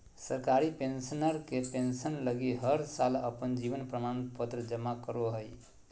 सरकारी पेंशनर के पेंसन लगी हर साल अपन जीवन प्रमाण पत्र जमा करो हइ